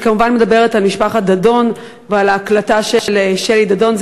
אני כמובן מדברת על משפחת דדון ועל ההקלטה של שלי דדון,